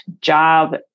job